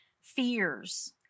fears